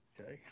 Okay